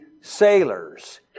sailors